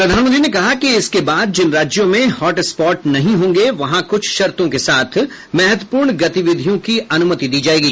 प्रधानमंत्री ने कहा कि इसके बाद जिन राज्यों में हॉट स्पॉट नहीं होंगे वहां कुछ शर्तों के साथ महत्वपूर्ण गतिविधियों की अन्ग्मति दी जायेगी